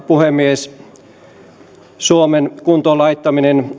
puhemies suomen kuntoon laittaminen